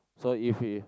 so if he